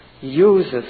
uses